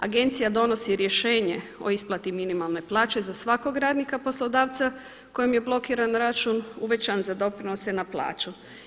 Agencija donosi rješenje o isplati minimalne plaće za svakog radnika poslodavca kojemu je blokiran račun uvećan za doprinose na plaću.